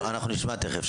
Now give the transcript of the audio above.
אנחנו נשמע תיכף.